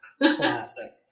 Classic